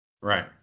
Right